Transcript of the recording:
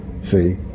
See